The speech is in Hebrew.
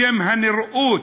בשם הנראות,